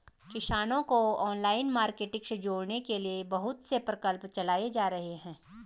किसानों को online marketing से जोड़ने के लिए बहुत से प्रकल्प चलाए जा रहे हैं